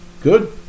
Good